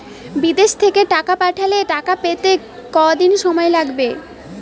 বিদেশ থেকে টাকা পাঠালে টাকা পেতে কদিন সময় লাগবে?